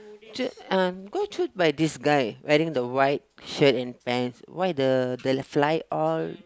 through uh go through by this guy wearing the white shirt and pants why the the fly all